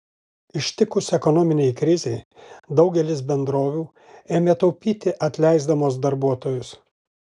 ištikus ekonominei krizei daugelis bendrovių ėmė taupyti atleisdamos darbuotojus